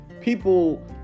people